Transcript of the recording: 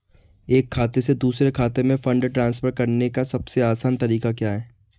एक खाते से दूसरे खाते में फंड ट्रांसफर करने का सबसे आसान तरीका क्या है?